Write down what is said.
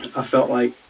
i felt like